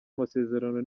amasezerano